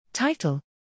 Title